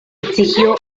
exigió